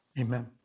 amen